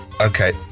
Okay